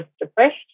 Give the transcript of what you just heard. depressed